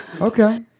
Okay